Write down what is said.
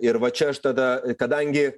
ir va čia aš tada kadangi